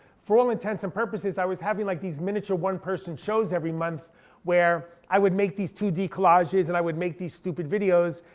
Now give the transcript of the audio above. for all intents and purposes i was having like these miniature one person shows every month where i would make these two d collages, and i would make these stupid videos,